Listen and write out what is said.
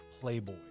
Playboy